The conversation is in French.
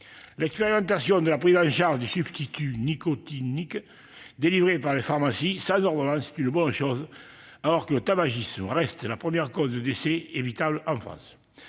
L'expérimentation de la prise en charge de substituts nicotiniques délivrés par les pharmaciens sans ordonnance est une bonne chose, alors que le tabagisme reste la première cause de décès évitable. Je pense,